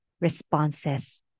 responses